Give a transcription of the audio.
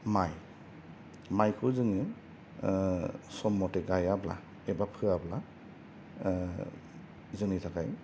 माइ माइखौ जोङो सम मथै गायाब्ला एबा फोआब्ला जोंनि थाखाय